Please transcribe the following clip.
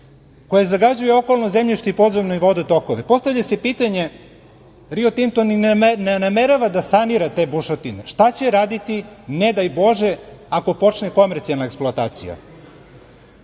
koje zagađuje okolno zemljište i podzemne vodotokove. Postavlja se pitanje Rio Tinto ne namerava da sanira te bušotine, šta će raditi ne daj Bože, ako počne komercijalna eksploatacija.